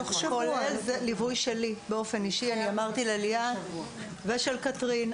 כולל ליווי שלי באופן אישי ושל קתרין.